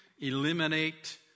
eliminate